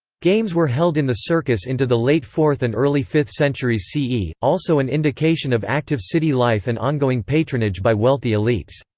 games were held in the circus into the late fourth and early fifth centuries c e, also an indication of active city life and ongoing patronage by wealthy elites.